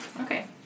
Okay